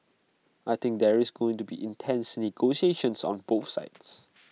I think there is going to be intense negotiations on both sides